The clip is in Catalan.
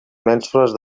mènsules